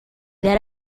that